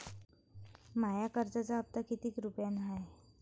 माया कर्जाचा हप्ता कितीक रुपये हाय?